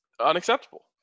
unacceptable